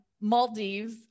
Maldives